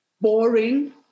boring